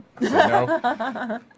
No